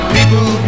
People